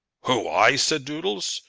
who i? said doodles.